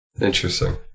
Interesting